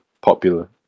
popular